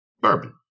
bourbon